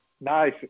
Nice